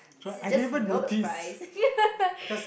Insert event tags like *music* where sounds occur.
she just know the price *laughs*